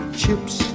chips